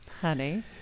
Honey